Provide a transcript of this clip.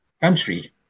country